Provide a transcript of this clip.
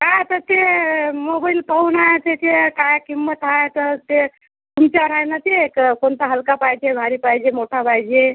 हा तर ते मोबाइल पाहू ना त्याचे काय किंमत आहे तर ते तुमच्यावर आहे नं ते कोणता हलका पाहिजे भारी पाहिजे मोठा पाहिजे